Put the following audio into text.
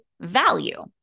value